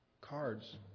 Cards